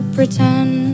Pretend